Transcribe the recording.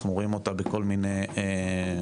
אנחנו רואים אותה בכל מיני מופעים.